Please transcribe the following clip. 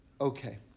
Okay